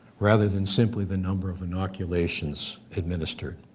rather than simply the number of inoculations administered.